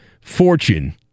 fortune